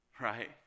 right